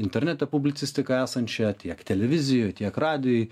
internete publicistiką esančią tiek televizijoj tiek radijuj